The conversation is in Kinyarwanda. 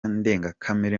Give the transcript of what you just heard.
ndengakamere